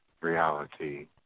reality